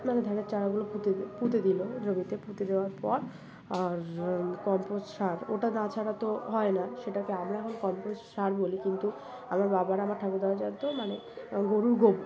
মানে ধানের চারাগুলো পুঁতে পুঁতে দিলো জমিতে পুঁতে দেওয়ার পর আর কম্পোজ্ট সার ওটা না ছাড়া তো হয় না সেটাকে আমরা এখন কম্পোজ্ট সার বলি কিন্তু আমার বাবার আমার ঠাকুরদারা জান তো মানে গরুর গোবর